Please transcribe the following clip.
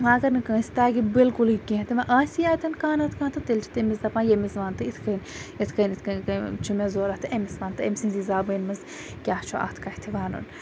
وۄنۍ اگر نہٕ کٲنٛسہِ تَگہِ بِلکُلٕے کِہِیٖنۍ تہٕ وۄنۍ آسی اَتٮ۪ن کانٛہہ نَتہٕ کانٛہہ تہٕ تیٚلہِ چھِ تٔمِس دَپان ییٚمِس وَن تہٕ یِتھ کنۍ اِتھ کنۍ یِتھ کنۍ یِتھ کنۍ چھُ مےٚ ضرورَت تہٕ أمِس وَن تہٕ أمۍ سِنٛزی زَبٲنۍ مَنٛز کیاہ چھُ اَتھ کَتھِ وَنُن